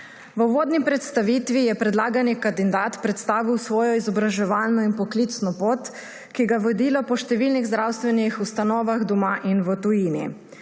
V uvodni predstavitvi je predlagani kandidat predstavil svojo izobraževalno in poklicno pot, ki ga je vodila po številnih zdravstvenih ustanovah doma in v tujini,